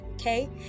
okay